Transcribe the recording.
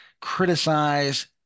criticize